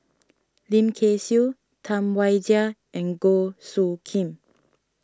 Lim Kay Siu Tam Wai Jia and Goh Soo Khim